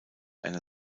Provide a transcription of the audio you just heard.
einer